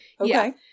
Okay